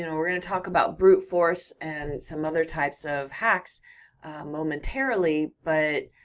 you know we're gonna talk about brute force and some other types of hacks momentarily, but,